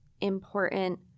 important